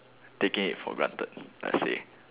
taking it for granted let's say